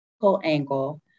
angle